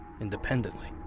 independently